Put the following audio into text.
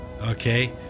okay